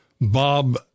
Bob